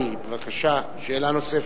בוודאי, בבקשה, שאלה נוספת.